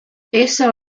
essa